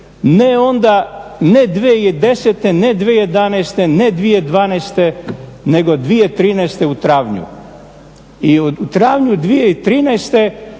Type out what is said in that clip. ne onda, ne 2010., ne 2011., ne 2012., nego 2013. u travnju. I u travnju 2013.